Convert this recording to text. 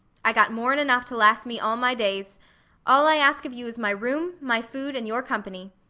i got more an enough to last me all my days all i ask of you is my room, my food, and your company.